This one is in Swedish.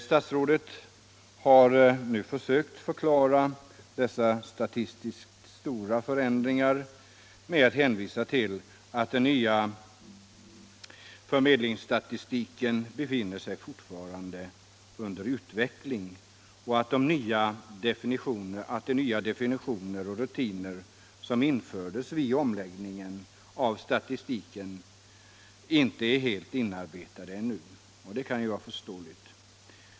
Statsrådet har nu försökt förklara dessa statistiskt stora förändringar med att hänvisa till att den nya förmedlingsstatistiken fortfarande befinner sig under utveckling och att de nya definitioner och rutiner som infördes vid omläggningen av statistiken inte är helt inarbetade ännu, och det kan ju vara förståeligt.